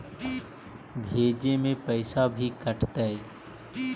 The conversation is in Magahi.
भेजे में पैसा भी कटतै?